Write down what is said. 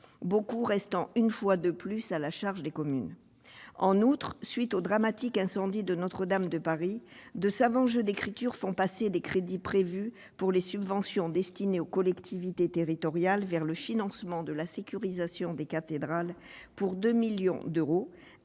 beaucoup restant une fois de plus à la charge des communes. En outre, à la suite du dramatique incendie de Notre-Dame de Paris, de savants jeux d'écriture font passer des crédits prévus pour les subventions destinées aux collectivités territoriales vers le financement de la sécurisation des cathédrales, pour un montant de